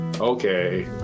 Okay